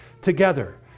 together